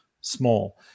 small